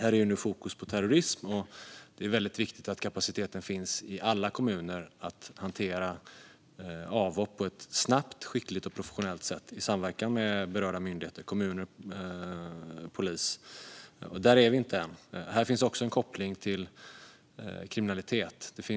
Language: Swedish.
Fokus ligger på terrorism. Det är väldigt viktigt att det i alla kommuner finns kapacitet att hantera avhopp på ett snabbt, skickligt och professionellt sätt i samverkan med berörda myndigheter, kommuner och polis. Där är vi inte än. Här finns också en koppling till kriminalitet.